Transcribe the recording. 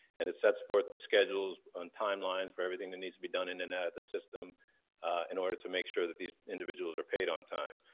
and it sets forth the schedules on timelines for everything that needs to be done in and out of the system in order to make sure that these individuals are paid on time.